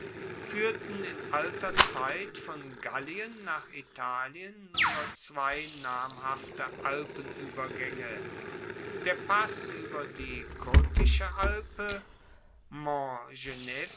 fuehrten in alter zeit von gallien nach italien nur zwei namhafte alpenuebergaenge der pass ueber die kottische alpe